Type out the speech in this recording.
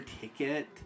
ticket